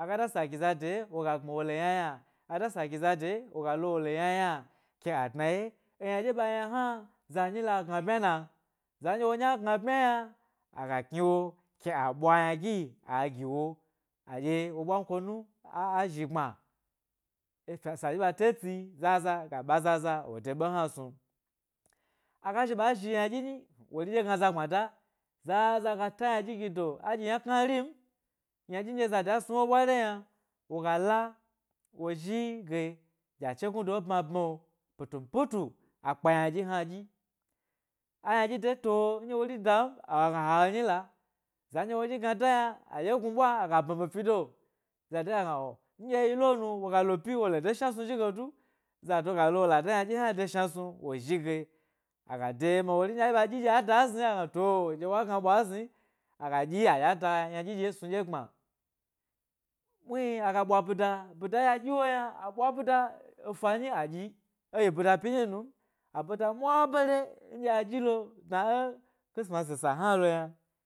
aga da sa gi zade, wo ga gbmi wole yna yna, aga da sa gi zade wogalo wole yna yna, ke a dna eyna ɗye ba yna hna zanyi la gna bmya na? Za ndye wo, nyi a gna bmya aga kniwo ke a ɓwa ynagi agiwo aɗye wo ɓwan konu aa zhi gbma, esa zhi ba de tsi zaza, ga ɓa zaza wo de be hna snu. Aga zhi ɓa zhi ynaɗyi nyi wori dye hna gna za gbmada, zaza ga ta yna ɗyi gido, a ɗyi yna kna rim yna dyi nɗye zade a snu ewo ɓwari'o yna woga la wo zhi ge dye a chegnu do e bmabmi'o pitum pitu akpa ynadyi hna dyis. A ynadyi de towo ndye wori dam aga gna ha he nyila, za nɗye wonyi gnada yna aga ɓnibni fi do, zade ga gna, oh ndyee yi lo nu, woga lopyi wole de shna snu zhige du, zado galo wo lada ynaɗyi hna de shna snu wo zhige aga de ye ma wori, n dye a zhi ɓa dyi ɗye a da zni aga gna to, dye wa gna ɓwa zni, aɗye ada aynaɗyi ɗye snu dye, gbma muhni aga ɓwa bida, ɓida a ɗya ɗyi wo yna a ɓwa ɓida efa nyi adyi, eyi ɓida 'pyi nyi num aɓida mwa bare nɗye a dyilo dna e khisimasi sa hna lo yna.